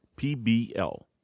PBL